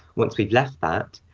once we've left that,